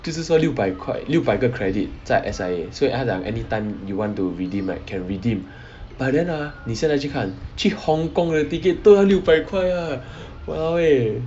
就是说六百块六百个 credit 在 S_I_A 所以他讲 anytime you want to redeem right can redeem but then ah 你现在去看去 hong kong 的 ticket 都要六百块 lah !walao! eh